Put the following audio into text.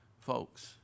folks